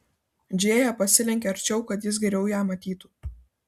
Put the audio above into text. džėja pasilenkė arčiau kad jis geriau ją matytų